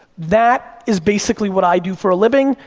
that is basically what i do for a living,